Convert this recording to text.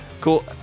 Cool